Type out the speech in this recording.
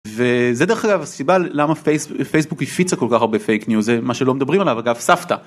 וזה דרך אגב הסיבה למה פייסבוק הפיצה כל כך הרבה פייק ניוז, זה מה שלא מדברים עליו, אגב סבתא.